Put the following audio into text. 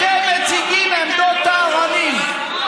אתם מציגים עמדות טהרנים.